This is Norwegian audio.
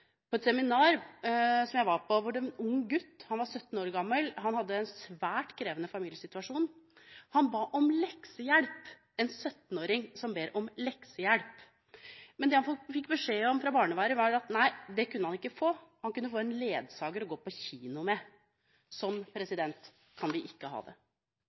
på et seminar jeg var på, om en ung gutt – han var 17 år gammel – som hadde en svært krevende familiesituasjon. Han ba om leksehjelp – en 17-åring ba om leksehjelp. Men det han fikk beskjed om av barnevernet, var at det kunne han ikke få. Han kunne få en ledsager å gå på kino med. Slik kan vi ikke ha det.